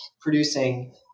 producing